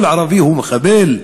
כל ערבי הוא מחבל?